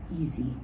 easy